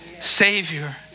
savior